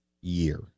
year